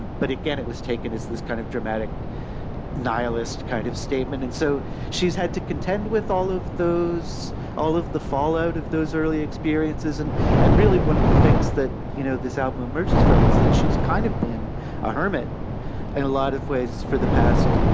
but again, it was taken as this kind of dramatic nihilists kind of statement. and so she's had to contend with all of those all of the fallout of those early experiences. and and really, one of the things that, you know, this album emerges from is that she's kind of been a hermit in a lot of ways for the past,